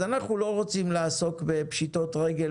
אנחנו לא רוצים לעסוק בפשיטות רגל